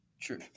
True